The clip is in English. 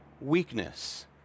Weakness